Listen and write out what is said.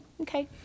okay